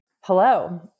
Hello